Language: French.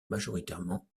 majoritairement